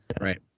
Right